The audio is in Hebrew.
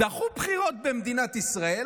דחו בחירות במדינת ישראל,